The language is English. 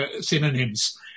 synonyms